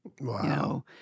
Wow